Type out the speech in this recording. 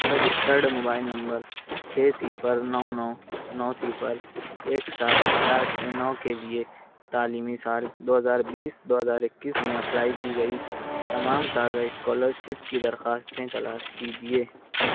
registered mobile number چھ صفر نو نو نو صفر ایک سات چار چھ نو کے لیے تعلیمی سال دو ہزار بیس دو ہزار اکیس میں اپلائی کی گئی تمام تازہ اسکالرشپ کی درخواستیں تلاش کیجیے